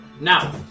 now